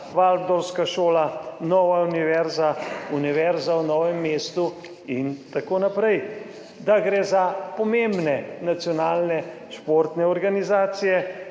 Valdorfska šola, Nova univerza, Univerza v Novem mestu itn. Da gre za pomembne nacionalne športne organizacije,